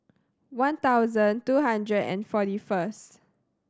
one thousand two hundred and forty first